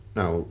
now